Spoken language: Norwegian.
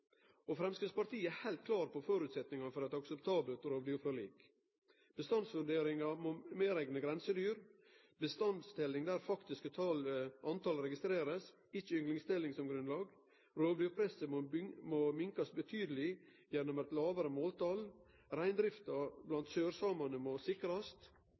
dette. Framstegspartiet er heilt klar på føresetnadene for eit akseptabelt rovdyrforlik: bestandsvurdering medrekna grensedyr bestandstelling der faktisk tal blir registrert, ikkje ynglingstelling som grunnlag rovdyrpresset må minkast betydeleg gjennom lågare måltal reindrifta blant sørsamane må sikrast